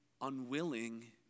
unwilling